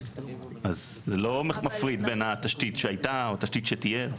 אז זה לא מפריד בין תשתית שהייתה לתשתית שתהיה.